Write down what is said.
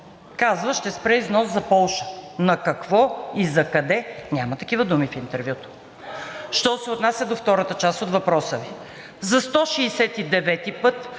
Казва: „Ще спре износ за Полша.“ На какво и закъде – няма такива думи в интервюто. Що се отнася до втората част от въпроса. За 169-и път